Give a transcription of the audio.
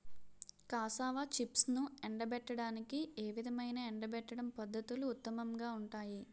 Cassava చిప్స్ను ఎండబెట్టడానికి ఏ విధమైన ఎండబెట్టడం పద్ధతులు ఉత్తమంగా ఉంటాయి?